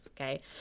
okay